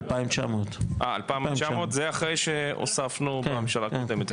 2,900. 2,900 זה אחרי שהוספנו בממשלה הקודמת.